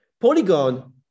Polygon